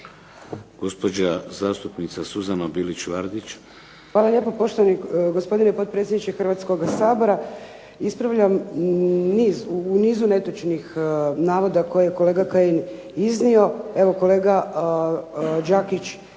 **Bilić Vardić, Suzana (HDZ)** Hvala lijepo poštovani potpredsjedniče Hrvatskoga sabora. Ispravljam u nizu netočnih navoda koje kolega Kajin iznio. Evo kolega Đakić